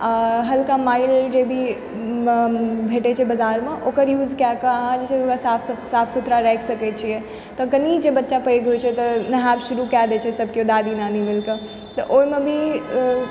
हल्का माइल्ड जे भी भेटै छै बजारमे ओकर यूज कए कऽ अहाँ पूरा साफ सुथरा राखि सकै छियै तऽ कनि जे बच्चा पैघ होइ छै तऽ नहायब शुरू कऽ दैत छै सब केओ दादी नानी मिलिकए तऽ ओहिमे भी